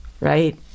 right